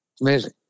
amazing